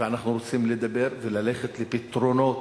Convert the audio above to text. אנחנו רוצים לדבר וללכת לפתרונות.